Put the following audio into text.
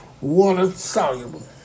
water-soluble